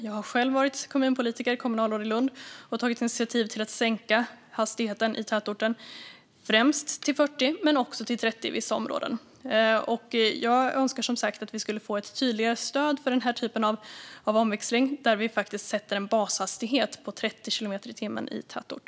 Jag har själv varit kommunalråd i Lund och tagit initiativ till att sänka hastigheten där, främst till 40 men också till 30 i vissa områden. Jag önskar att vi skulle få ett tydligare stöd för denna typ av omväxling där vi sätter en bashastighet på 30 kilometer i timmen i tätort.